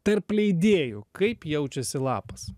tarp leidėjų kaip jaučiasi lapas